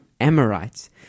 Amorites